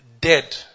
dead